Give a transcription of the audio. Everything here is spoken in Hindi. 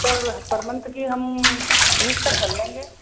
सर पर मंथ की हम बीस तक कर लेंगे